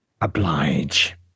oblige